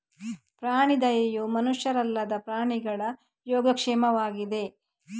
ಪ್ರಾಣಿ ದಯೆಯು ಮನುಷ್ಯರಲ್ಲದ ಪ್ರಾಣಿಗಳ ಯೋಗಕ್ಷೇಮವಾಗಿದೆ